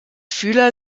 fühler